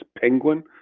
Penguin